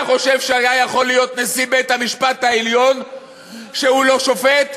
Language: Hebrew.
אתה חושב שהיה יכול להיות נשיא בית-המשפט העליון שהוא לא שופט?